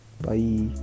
bye